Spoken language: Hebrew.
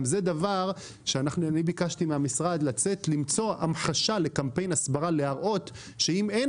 אני ביקשתי מהמשרד למצוא המחשה לקמפיין הסברה כדי להראות שאם אין